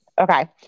Okay